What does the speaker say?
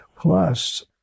Plus